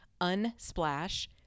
Unsplash